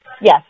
Yes